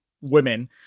women